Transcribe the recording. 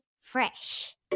fresh